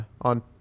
on